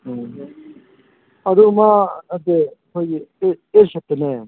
ꯑꯥ ꯑꯗꯨ ꯃꯥ ꯅꯠꯇꯦ ꯑꯩꯈꯣꯏꯒꯤ ꯑꯦꯜ ꯁꯦꯞꯇꯅꯦ